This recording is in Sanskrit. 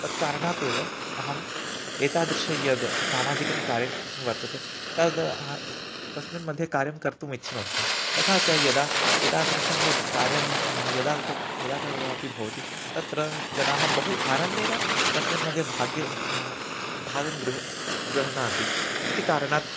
तत्कारणात् एव अहम् एतादृशं यद् सामाजिकङ्कार्यं वर्तते तद् ह तस्मिन् मध्ये कार्यं कर्तुम् इच्छनोस्मि तथा च यदा एतादृशं यद् कार्यं हा यदा यदा कदा अपि भवति तत्र जनाः बहु आनन्देन तस्मिन् मध्ये भाग्यं भागं गृह् गृह्णन्ति इति कारणात्